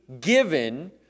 given